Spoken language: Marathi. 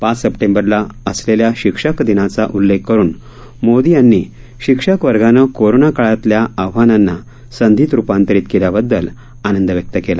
पाच सप्टेंबरला असलेल्या शिक्षक दिनाचा उल्लेख करून मोदी यांनी शिक्षक वर्गानं कोरोना काळातल्या आव्हानांना संधीत रूपांतरित केल्याबद्दल आनंद व्यक्त केला